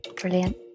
brilliant